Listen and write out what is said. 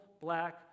black